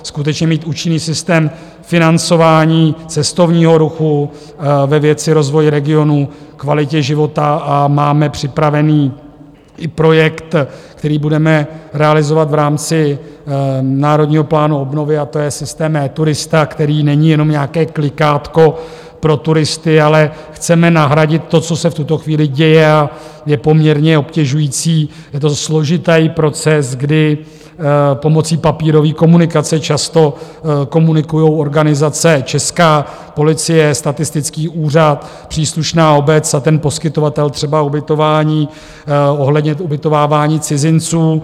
Skutečně mít účinný systém financování cestovního ruchu ve věci rozvoj regionů, kvalitě života a máme připravený i projekt, který budeme realizovat v rámci Národního plánu obnovy, a to je systém eTurista, který není jenom nějaké klikátko pro turisty, ale chceme nahradit to, co se v tuto chvíli děje a je poměrně obtěžující, je to složitý proces, kdy pomocí papírové komunikace často komunikují organizace, česká policie, statistický úřad, příslušná obec a ten poskytovatel třeba ubytování ohledně ubytovávání cizinců.